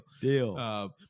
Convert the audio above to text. deal